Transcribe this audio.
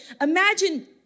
imagine